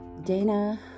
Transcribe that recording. Dana